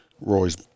Roy's